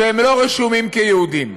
שלא רשומים כיהודים.